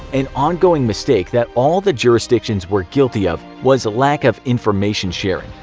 an ongoing mistake that all the jurisdictions were guilty of was lack of information sharing.